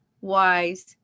wise